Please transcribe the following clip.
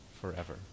forever